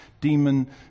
demon